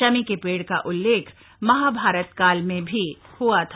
शमी के पेड़ का उल्लेख महाभारत काल में भी हआ था